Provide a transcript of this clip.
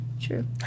True